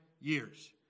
years